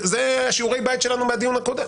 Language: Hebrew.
אלה שיעורי הבית שלנו מהדיון הקודם.